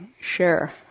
share